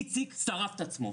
איציק שרף את עצמו,